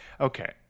Okay